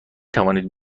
توانید